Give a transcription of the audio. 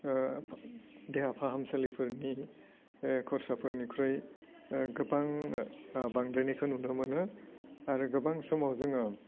देहा फाहामसालिफोरनि खरसाफोरनिख्रुइ गोबां बांद्रायनायखौ नुनो मोनो आरो गोबां समाव जोङो